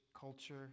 culture